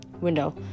window